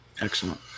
Excellent